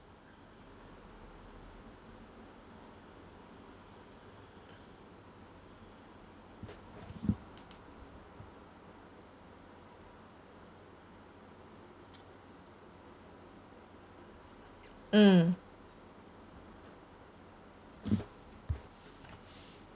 mm